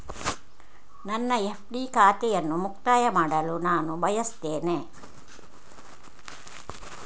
ನನ್ನ ಎಫ್.ಡಿ ಖಾತೆಯನ್ನು ಮುಕ್ತಾಯ ಮಾಡಲು ನಾನು ಬಯಸ್ತೆನೆ